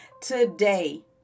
today